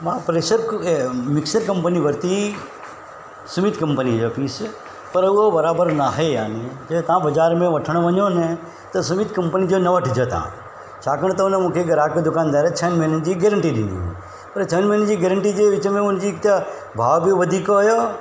मां pressure cooker ए mixer company वरिती हुई स्मिथ कंपनी जो पिस पर हो बराबरु नाहे आनी के तव्हां बाज़ारि में वठणु वञो न त स्मिथ कंपनी जो न वठिजो तव्हां छाकाणि त हुन मूंखे ग्राहक दुकानदारु छहनि महिननि जी गारंटी ॾिनी हुई पर छहनि महिननि जी गारंटी जे विच में हुन जी हिकु त भाव बि वधीक हुयो